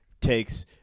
takes